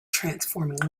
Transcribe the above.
transforming